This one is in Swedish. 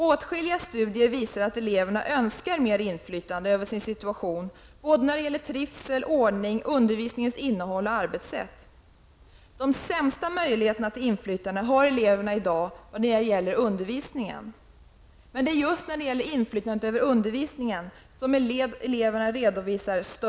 Åtskilliga studier visar att eleverna önskar större inflytande över sin situation både när det gäller trivsel, ordning, undervisningens innehåll och arbetssätt. De sämsta möjligheterna till inflytande har eleverna i dag när det gäller undervisningen. Men eleverna redovisar störst önskan om ett vidgat inflytande över just undervisningen.